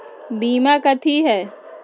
बीमा कथी है?